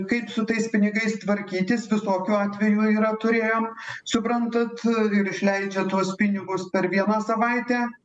kaip su tais pinigais tvarkytis visokių atvejų yra turėjom suprantat ir išleidžia tuos pinigus per vieną savaitę